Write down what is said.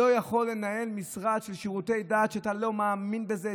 לא יכול לנהל משרד של שירותי דת כשהוא לא מאמין בזה,